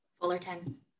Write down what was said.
Fullerton